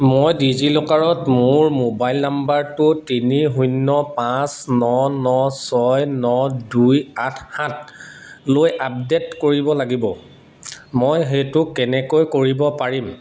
মই ডিজিলকাৰত মোৰ মোবাইল নম্বৰটো তিনি শূন্য পাঁচ ন ন ছয় ন দুই আঠ সাতলৈ আপডেট কৰিব লাগিব মই সেইটো কেনেকৈ কৰিব পাৰিম